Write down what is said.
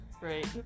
right